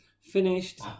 finished